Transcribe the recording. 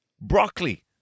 broccoli